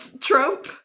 trope